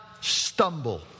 stumble